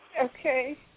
Okay